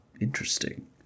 interesting